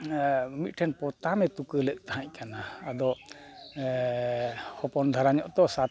ᱢᱤᱫᱴᱟᱱ ᱯᱚᱛᱟᱢᱮ ᱛᱩᱠᱟᱹ ᱞᱮᱫ ᱛᱟᱦᱮᱸ ᱠᱟᱱᱟ ᱟᱫᱚ ᱦᱚᱯᱚᱱ ᱫᱷᱟᱨᱟ ᱧᱚᱜ ᱛᱚ ᱥᱟᱵ